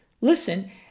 listen